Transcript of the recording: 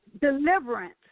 Deliverance